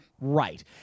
Right